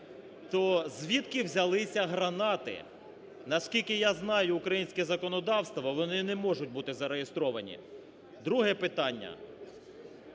то звідки взялися гранати? Наскільки я знаю українське законодавство, вони не можуть бути зареєстровані. Друге питання: